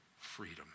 freedom